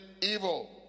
evil